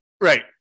Right